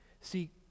See